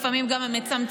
לפעמים גם מצמצמים,